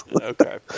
Okay